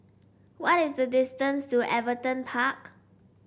what is the distance to Everton Park